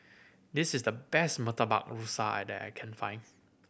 this is the best Murtabak Rusa I that I can find